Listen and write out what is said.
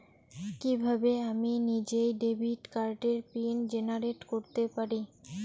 কিভাবে আমি নিজেই ডেবিট কার্ডের পিন জেনারেট করতে পারি?